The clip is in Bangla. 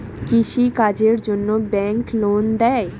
কৃষি কাজের জন্যে ব্যাংক লোন দেয়?